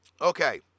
Okay